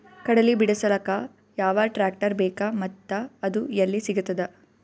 ಕಡಲಿ ಬಿಡಿಸಲಕ ಯಾವ ಟ್ರಾಕ್ಟರ್ ಬೇಕ ಮತ್ತ ಅದು ಯಲ್ಲಿ ಸಿಗತದ?